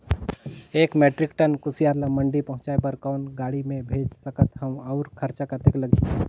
एक metric ton कुसियार ल मंडी पहुंचाय बर कौन गाड़ी मे भेज सकत हव अउ खरचा कतेक लगही?